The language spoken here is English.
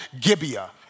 Gibeah